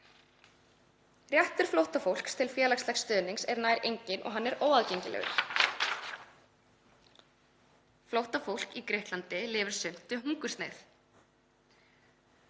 Réttur flóttafólks til félagslegs stuðnings er nær enginn og hann er óaðgengilegur. Flóttafólk í Grikklandi lifir sumt við hungursneyð.